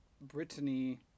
Brittany